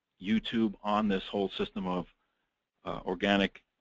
youtube on this whole system of organic